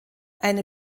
eine